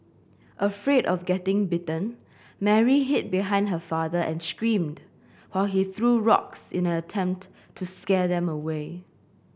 afraid of getting bitten Mary hid behind her father and screamed while he threw rocks in an attempt to scare them away